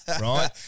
Right